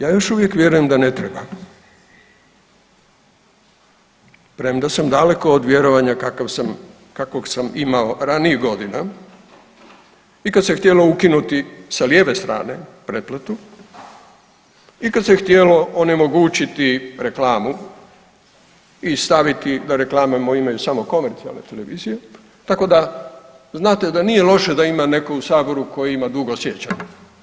Ja još vjerujem da ne treba, premda sam daleko od vjerovanja kakvog sam imao ranijih godina i kad se htjelo ukinuti sa lijeve strane pretplatu i kad se htjelo onemogućiti reklamu i staviti da reklame imaju samo komercijalne televizije, tako da, znate da nije loše da ima netko u Saboru tko ima dugo sjećanje.